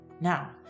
Now